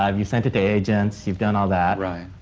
um you've sent it to agents, you've done all that. right.